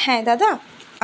হ্যাঁ দাদা